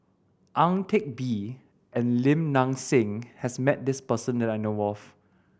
Ang Teck Bee and Lim Nang Seng has met this person that I know of